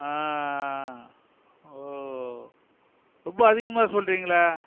ஓ ரொம்ப அதிகமாக சொல்லுறீங்களே